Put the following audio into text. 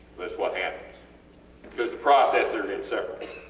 thats what happens because the processor isnt separate,